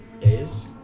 days